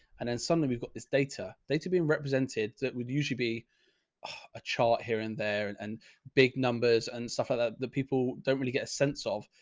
and then suddenly we've got this data data being represented that would usually be a chart here and there and and big numbers and stuff like ah that that people don't really get a sense of.